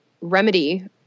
remedy